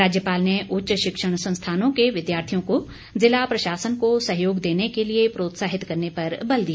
राज्यपाल ने उच्च शिक्षण संस्थानों के विद्यार्थियों को जिला प्रशासन को सहयोग देने के लिए प्रोत्साहित करने पर बल दिया